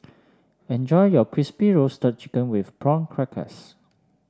enjoy your Crispy Roasted Chicken with Prawn Crackers